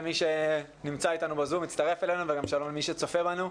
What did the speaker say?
שלום למי שנמצא איתנו בזום וגם שלום למי שצופה בנו.